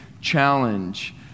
challenge